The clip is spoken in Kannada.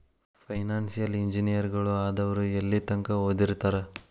ಫೈನಾನ್ಸಿಯಲ್ ಇಂಜಿನಿಯರಗಳು ಆದವ್ರು ಯೆಲ್ಲಿತಂಕಾ ಓದಿರ್ತಾರ?